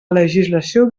legislació